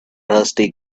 rusty